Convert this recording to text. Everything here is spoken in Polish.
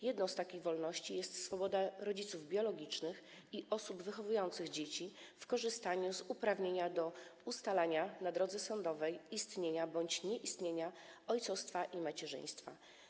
Jedną z takich wolności jest swoboda rodziców biologicznych i osób wychowujących dzieci w korzystaniu z uprawnienia do ustalania na drodze sądowej istnienia bądź nieistnienia ojcostwa i macierzyństwa.